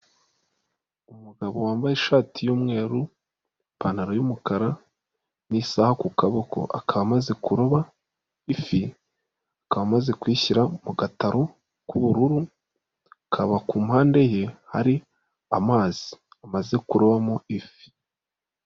Umugabo wambaye ishati y'umweru, ipantaro y'umukara n'isaha ku kaboko, akaba amaze kuroba ifi, akaba amaze kuyishyira mu gataro k'ubururu, akaba ku mpande ye hari amazi amaze kurobamo ifi.